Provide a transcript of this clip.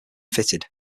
fitted